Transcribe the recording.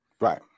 Right